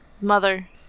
Mother